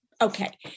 okay